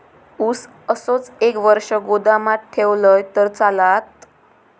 ऊस असोच एक वर्ष गोदामात ठेवलंय तर चालात?